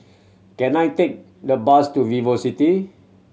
can I take a bus to VivoCity